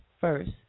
first